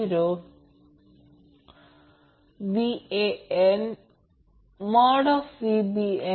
5 angle 0° ampere असेल